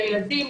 לילדים,